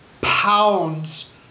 pounds